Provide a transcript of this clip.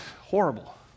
horrible